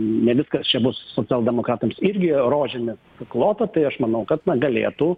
ne viskas čia bus socialdemokratams irgi rožėmis klota tai aš manau kad na galėtų